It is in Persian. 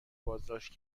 بازداشت